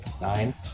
nine